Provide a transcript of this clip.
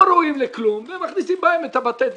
לא ראויים לכלום, ומכניסים בהם את בתי הדין.